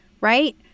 right